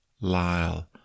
Lyle